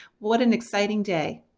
what an exciting day